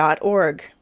org